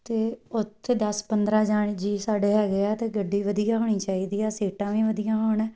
ਅਤੇ ਉੱਥੇ ਦਸ ਪੰਦਰਾ ਜਣੇ ਜੀਅ ਸਾਡੇ ਹੈਗੇ ਆ ਤਾਂ ਗੱਡੀ ਵਧੀਆ ਹੋਣੀ ਚਾਹੀਦੀ ਆ ਸੀਟਾਂ ਵੀ ਵਧੀਆ ਹੋਣ